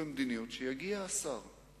איפה השר?